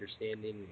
understanding